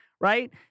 Right